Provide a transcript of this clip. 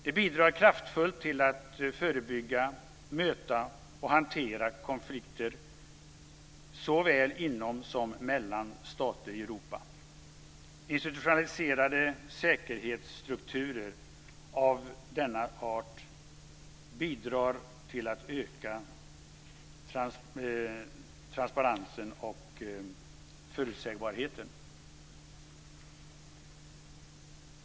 Det bidrar kraftfullt till att förebygga, möta och hantera konflikter såväl inom som mellan stater i Europa. Institutionaliserade säkerhetsstrukturer av denna art bidrar till att öka transparens och förutsägbarhet.